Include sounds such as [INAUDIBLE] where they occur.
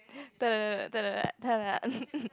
[NOISE] [LAUGHS]